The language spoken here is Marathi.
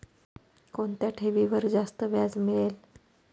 कोणत्या ठेवीवर जास्त व्याज मिळेल?